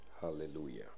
hallelujah